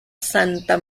santa